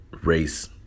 race